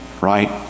right